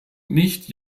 nicht